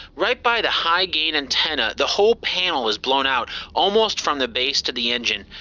right by the high gain antenna, the whole panel is blown out, almost from the base to the engine.